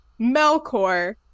Melkor